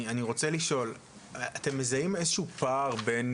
אני רוצה לשאול, אתם מזהים איזה שהוא פער בין